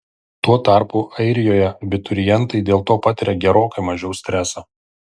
tuo tarpu airijoje abiturientai dėl to patiria gerokai mažiau streso